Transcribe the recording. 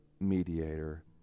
mediator